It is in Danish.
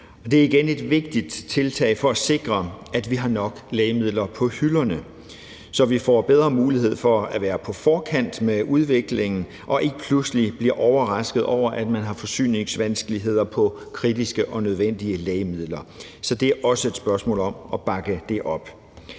Det er igen et vigtigt tiltag for at sikre, at vi har nok lægemidler på hylderne, så vi får bedre mulighed for at være på forkant med udviklingen og ikke pludselig bliver overrasket over, at man har forsyningsvanskeligheder i forhold til kritiske og nødvendige lægemidler. Så det er også et spørgsmål om at bakke det op.